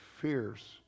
fierce